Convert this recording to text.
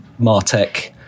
Martech